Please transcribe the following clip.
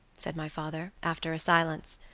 said my father, after a silence.